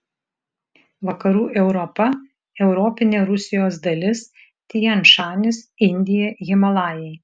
vakarų europa europinė rusijos dalis tian šanis indija himalajai